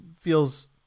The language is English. feels